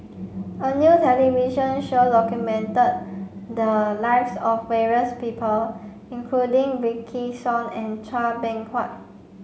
a new television show documented the lives of various people including Wykidd Song and Chua Beng Huat